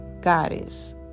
goddess